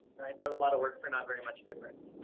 um a lot of work for not very much different.